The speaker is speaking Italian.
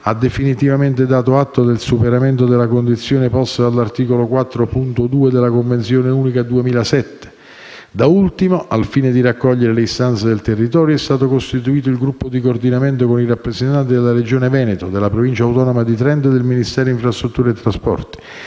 ha definitivamente dato atto del superamento della condizione posta all'articolo 4.2 dalla Convenzione unica 2007. Da ultimo, al fine di raccogliere le istanze del territorio, è stato costituito il gruppo di coordinamento con i rappresentanti della Regione Veneto, della Provincia autonoma di Trento e del Ministero delle infrastrutture e dei trasporti.